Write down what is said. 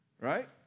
right